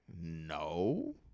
no